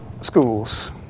schools